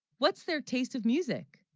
what's their taste of music